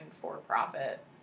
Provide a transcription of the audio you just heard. for-profit